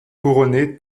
couronné